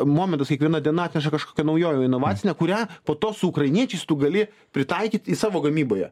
momentas kiekviena diena atneša kažkokią naujovių inovacinę kurią po to su ukrainiečiais tu gali pritaikyti savo gamyboje